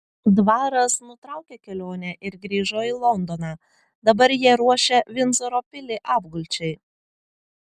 dvaras nutraukė kelionę ir grįžo į londoną dabar jie ruošia vindzoro pilį apgulčiai